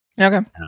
Okay